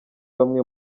bamwe